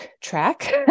track